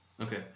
Okay